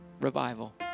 revival